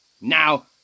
Now